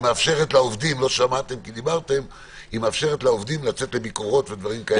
היא מאפשרת לעובדים לצאת לביקורות ודברים כאלה,